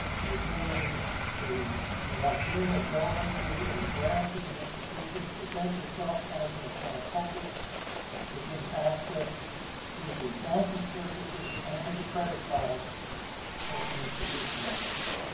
the ability to walk in or go into a branch of an institution, present yourself as an account holder to gain access to the banking services and the credit products that the institution offers.